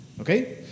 okay